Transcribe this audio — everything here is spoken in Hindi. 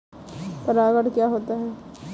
परागण क्या होता है?